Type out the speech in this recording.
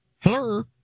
hello